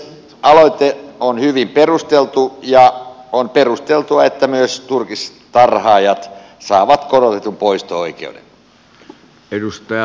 aloite on hyvin perusteltu ja on perusteltua että myös turkistarhaajat saavat korotetun poisto oikeuden